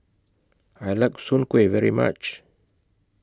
I like Soon Kuih very much